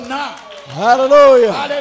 Hallelujah